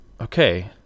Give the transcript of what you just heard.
okay